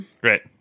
Great